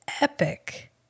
epic